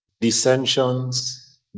dissensions